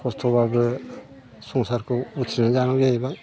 खस्थ'ब्लाबो संसारखौ उथ्रिनानै जानांगौ जाहैबाय